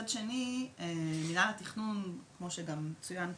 מצד שני מנהל התכנון כמו שגם כבר צוין פה,